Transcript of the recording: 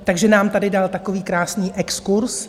Takže nám tady dal takový krásný exkurz.